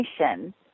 nation